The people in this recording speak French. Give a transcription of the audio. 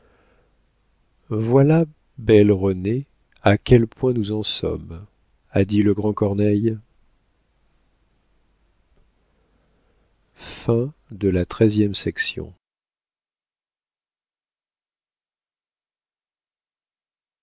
voilà belle renée à quel point nous en sommes a dit le grand corneille